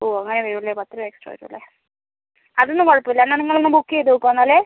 ഓ അങ്ങനെ വരും അല്ലേ പത്ത് രൂപ എക്സ്ട്രാ വരും അല്ലേ അതൊന്നും കുഴപ്പം ഇല്ല എന്നാൽ നിങ്ങൾ ഒന്ന് ബുക്ക് ചെയ്ത് വയ്ക്കുവോ എന്നാൽ